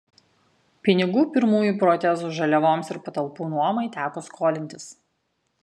pinigų pirmųjų protezų žaliavoms ir patalpų nuomai teko skolintis